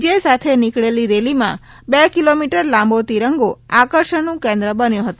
જે સાથે નીકળેલ રેલીમાં બે કિલોમીટર લાંબો તીંરંગો આકર્ષણ નું કેન્દ્ર બન્યો હતો